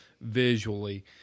visually